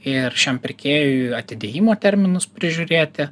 ir šiam pirkėjui atidėjimo terminus prižiūrėti